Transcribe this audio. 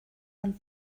ond